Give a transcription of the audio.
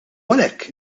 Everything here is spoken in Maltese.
għalhekk